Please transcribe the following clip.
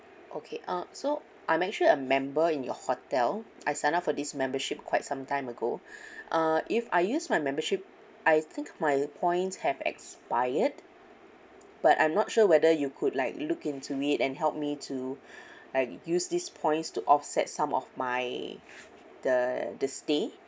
okay uh so I'm at sure a member in your hotel I set up for this membership quite sometime ago uh if I use my membership I think my points have expired but I'm not sure whether you could like look into it and help me to like use these points to offset some of my the the stay